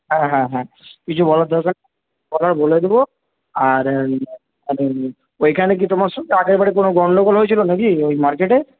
হ্যাঁ হ্যাঁ হ্যাঁ কিছু বলার দরকার কথাটা বলে দেবো আর ওইখানে কি তোমার সঙ্গে আগেরবারে কোনো গণ্ডগোল হয়েছিলো না কি ওই মার্কেটে